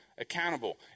accountable